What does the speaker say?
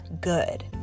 good